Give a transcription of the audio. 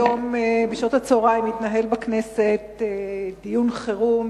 היום בשעות הצהריים התנהל באולם "נגב" בכנסת דיון חירום